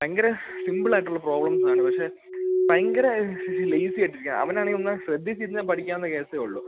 ഭയങ്കരം സിമ്പിളായിട്ടുള്ള പ്രോബ്ലംസാണ് പക്ഷേ ഭയങ്കരം ലെയ്സിയായിട്ടിരിക്കുകയാണ് അവനാണെങ്കില് ഒന്ന് ശ്രദ്ധിച്ചിരുന്നാല് പഠിക്കാവുന്ന കേസെയുള്ളൂ